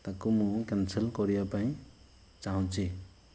ତାକୁ ମୁଁ କ୍ୟାନସେଲ୍ କରିବାପାଇଁ ଚାଁହୁଛି